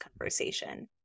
conversation